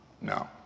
No